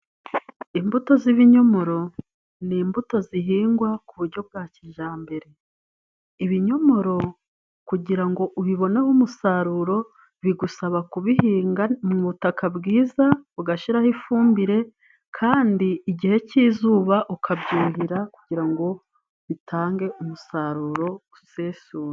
Imbuto z'ibinyomoro ni imbuto zihingwa ku buryo bwa kijambere. Ibinyomoro kugirango ubiboneho umusaruro, bigusaba kubihinga mu butaka bwiza ugashiraho ifumbire, kandi igihe cy'izuba ukabyumvira kugira ngo bitange umusaruro usesuye.